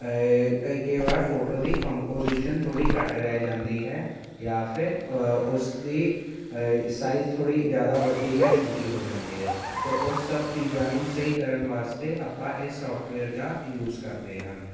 ਕਈ ਕਈ ਵਾਰ ਫੋਟੋ ਦੀ ਕੰਪੋਜੀਸ਼ਨ ਥੋੜ੍ਹੀ ਘੱਟ ਰਹਿ ਜਾਂਦੀ ਹੈ ਜਾਂ ਫਿਰ ਉਸਦੀ ਸਾਈਜ਼ ਥੋੜ੍ਹੀ ਜ਼ਿਆਦਾ ਵੱਡੀ ਜਾਂ ਛੋਟੀ ਹੋ ਜਾਂਦੀ ਹੈ ਅਤੇ ਉਹ ਸਭ ਚੀਜ਼ਾਂ ਨੂੰ ਸਹੀ ਕਰਨ ਵਾਸਤੇ ਆਪਾਂ ਇਸ ਸੋਫਟਵੇਅਰ ਦਾ ਯੂਜ਼ ਕਰਦੇ ਹਨ